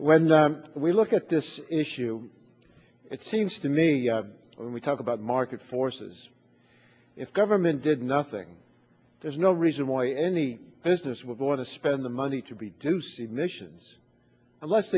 when we look at this issue it seems to me when we talk about market forces if government did nothing there's no reason why any business would want to spend the money to be do see missions unless